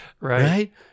Right